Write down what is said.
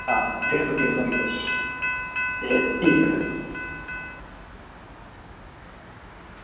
आं डेढ़ गुत्थी दा बनाई लैओ ते ठीक ऐ सर